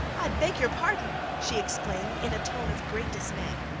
i beg your pardon she exclaimed in a tone of great dismay,